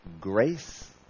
grace